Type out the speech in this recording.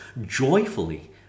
joyfully